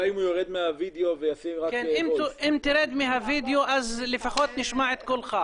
אם תרד מהווידאו, לפחות נשמע את קולך.